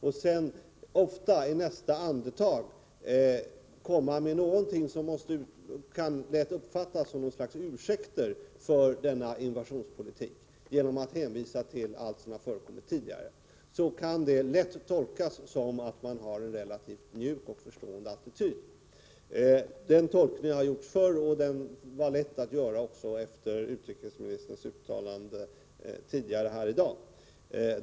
Och i nästa andetag kommer man med någonting som lätt kan uppfattas som ett slags ursäkt för denna invasionspolitik samt hänvisar till allt som förekommit tidigare. Detta kan då lätt tolkas så, att man intar en relativt mjuk och förstående attityd. Den tolkningen har gjorts förr, och den var lätt att göra också efter utrikesministerns uttalande tidigare här i dag.